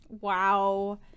Wow